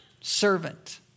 servant